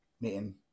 meeting